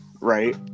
right